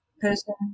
person